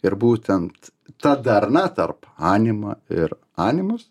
ir būtent ta darna tarp anima ir animus